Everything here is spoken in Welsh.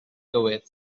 gywir